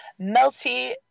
melty